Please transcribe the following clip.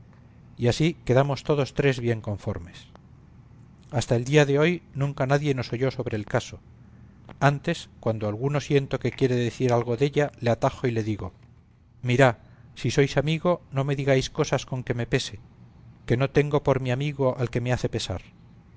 y así quedamos todos tres bien conformes hasta el día de hoy nunca nadie nos oyó sobre el caso antes cuando alguno siento que quiere decir algo della le atajo y le digo mirá si sois amigo no me digáis cosa con que me pese que no tengo por mi amigo al que me hace pesar